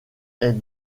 est